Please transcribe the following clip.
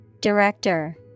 Director